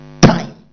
time